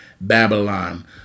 Babylon